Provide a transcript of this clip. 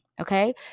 okay